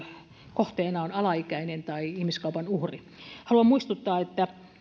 kohteena on alaikäinen tai ihmiskaupan uhri haluan muistuttaa että